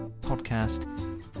podcast